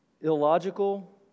illogical